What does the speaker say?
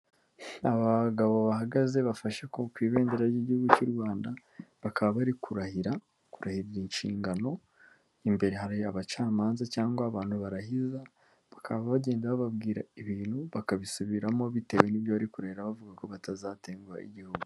Abagabo bahagaze bafashe ku ibendera ry'igihugu cy'u Rwanda, bakaba bari kurahira kurahirira inshingano, imbere hari abacamanza cyangwa abantu barahiza, bakaba bagenda bababwira ibintu bakabisubiramo bitewe n'ibyo bari kurahira bavuga ko batazatenguha igihugu.